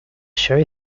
show